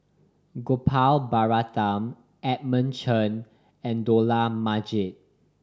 Gopal Baratham Edmund Chen and Dollah Majid